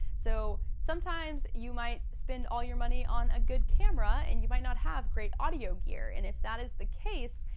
so sometimes you might spend all your money on a good camera and you might not have great audio gear and if that is the case,